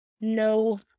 no